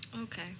Okay